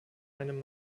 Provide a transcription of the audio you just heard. einem